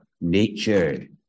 Nature